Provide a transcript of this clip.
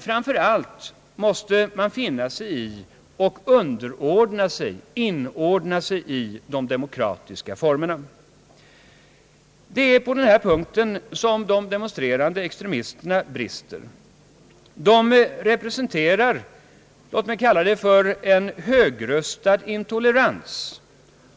Framför allt måste man finna sig i och inordna sig i de demokratiska formerna. Det är på denna punkt som de demonstrerande extremisterna brister. De representerar en högröstad intolerans